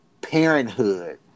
parenthood